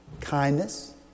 kindness